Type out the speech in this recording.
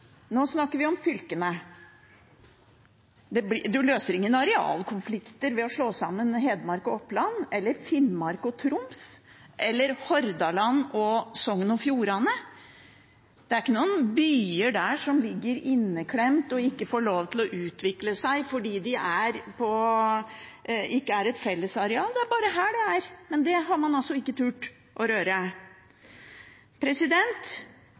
nå snakker vi om fylkene. Man løser ingen arealkonflikter ved å slå sammen Hedmark og Oppland, eller Finnmark og Troms, eller Hordaland og Sogn og Fjordane. Det er ikke noen byer som der ligger inneklemt og ikke får lov til å utvikle seg fordi det ikke er et fellesareal. Det er bare her det er slik, men det har man altså ikke turt å røre.